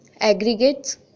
aggregates